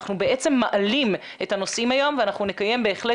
אנחנו בעצם מעלים את הנושאים היום ואנחנו נקיים בהחלט